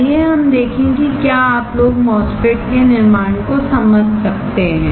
आइए हम देखें कि क्या आप लोग MOSFET के निर्माण को समझ सकते हैं